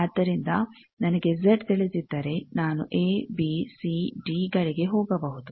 ಆದ್ದರಿಂದ ನನಗೆ ಜೆಡ್ ತಿಳಿದಿದ್ದರೆ ನಾನು ಎ ಬಿ ಸಿ ಡಿ ಗಳಿಗೆ ಹೋಗಬಹುದು